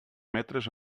metres